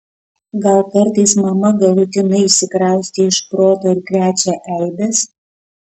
gal kartais mama galutinai išsikraustė iš proto ir krečia eibes